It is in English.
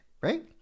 right